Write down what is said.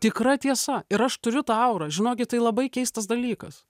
tikra tiesa ir aš turiu tą aurą žinokit tai labai keistas dalykas